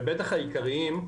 ובטח העיקריים,